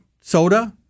soda